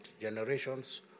generations